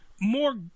more